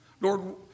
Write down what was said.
Lord